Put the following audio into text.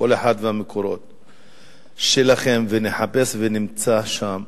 אחד והמקורות שלו, נחפש ונמצא שם